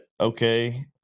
okay